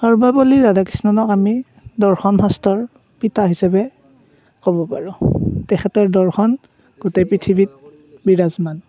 সৰ্বপল্লী ৰাধাকৃষ্ণণক আমি দৰ্শন শাস্ত্ৰৰ পিতা হিচাপে ক'ব পাৰোঁ তেখেতৰ দৰ্শন গোটেই পৃথিৱীত বিৰাজমান